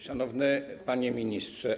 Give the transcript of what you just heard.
Szanowny Panie Ministrze!